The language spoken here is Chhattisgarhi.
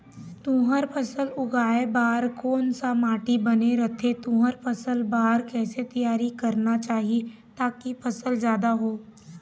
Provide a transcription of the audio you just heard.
तुंहर फसल उगाए बार कोन सा माटी बने रथे तुंहर फसल बार कैसे तियारी करना चाही ताकि फसल जादा हो?